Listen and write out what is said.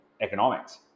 economics